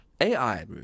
AI